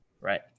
right